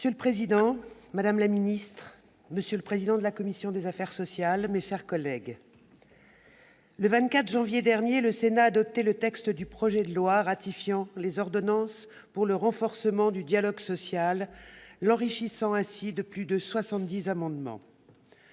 Monsieur le président, madame la ministre, monsieur le président de la commission des affaires sociales, mes chers collègues, le 24 janvier dernier, le Sénat adoptait le texte du projet de loi ratifiant les ordonnances pour le renforcement du dialogue social, enrichissant ce texte au travers de plus de 70 amendements.